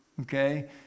Okay